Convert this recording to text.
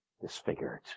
disfigured